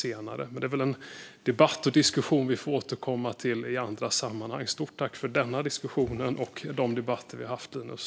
Det är en debatt och diskussion som vi får återkomma till i andra sammanhang. Stort tack för denna diskussion och för de debatter vi har haft, Linus!